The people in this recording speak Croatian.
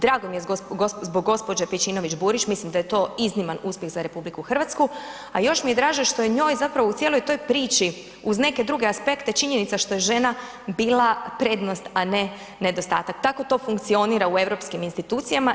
Drago mi je zbog gđe. Pejčinović-Burić, mislim da je to izniman uspjeh za RH, a još mi je draže što je njoj zapravo u cijeloj toj priči uz neke druge aspekte, činjenica što je žena bila prednost, a ne nedostatak, tako to funkcionira u europskim institucijama.